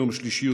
יום שלישי,